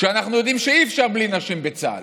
כשאנחנו יודעים שאי-אפשר בלי נשים בצה"ל,